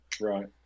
right